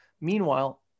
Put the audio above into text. Meanwhile